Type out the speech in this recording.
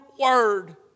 word